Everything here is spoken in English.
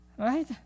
Right